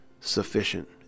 sufficient